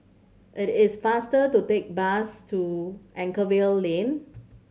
it is faster to take bus to Anchorvale Lane